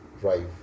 drive